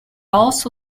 also